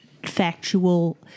factual